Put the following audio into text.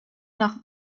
nach